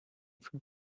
from